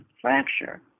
fracture